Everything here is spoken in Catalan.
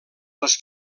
les